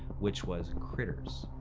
which was critters.